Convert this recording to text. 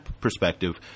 perspective